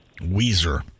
Weezer